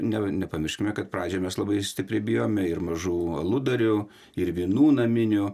ne nepamirškime kad pradžioj mes labai stipriai bijome ir mažų aludarių ir vynų naminių